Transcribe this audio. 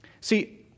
See